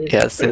Yes